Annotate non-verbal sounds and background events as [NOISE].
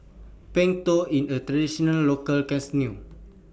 Png Tao in A Traditional Local [UNINTELLIGIBLE]